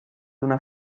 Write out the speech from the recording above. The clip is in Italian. una